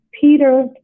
Peter